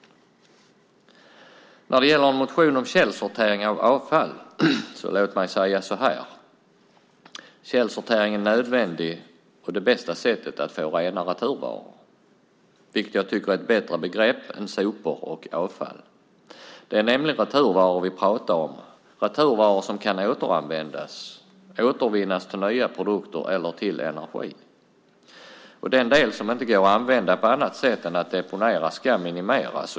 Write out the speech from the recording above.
Låt mig säga så här när det gäller motionen om källsortering av avfall: Källsortering är nödvändigt och det bästa sättet att få rena returvaror, vilket är ett bättre begrepp än sopor och avfall. Det är nämligen returvaror som vi pratar om. Returvaror som kan återanvändas och återvinnas till nya produkter eller till energi. Den del som inte går att använda utan måste deponeras ska minimeras.